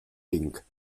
tinc